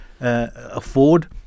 afford